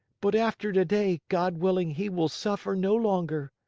but, after today, god willing, he will suffer no longer.